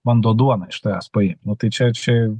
bando duoną iš tavęs paimt nu tai čia čia